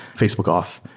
facebook off,